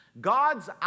God's